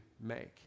make